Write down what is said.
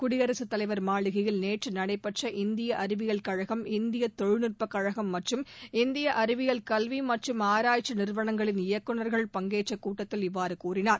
குடியரகத் தலைவர் மாளிகையில் நேற்று நடைபெற்ற இந்திய அறிவியல் கழகம் இந்திய தொழில்நுட்பக் கழகம் மற்றும் இந்திய அறிவியல் கல்வி மற்றும் ஆராய்ச்சி நிறுவனங்களின் இயக்குநர்கள் பங்கேற்ற கூட்டத்தில் இவ்வாறு கூறினார்